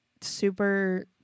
super